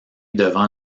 devant